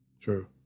True